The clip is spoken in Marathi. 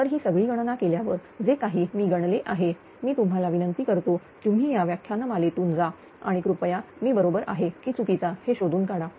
तर ही सगळी गणना केल्यावर जे काही मी गणले आहे मी तुम्हाला विनंती करतो तुम्हीया व्याख्यानमाले तुन जा आणि कृपया मी बरोबर आहे की चुकीचा हे शोधून काढा